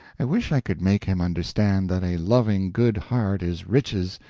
i wish i could make him understand that a loving good heart is riches,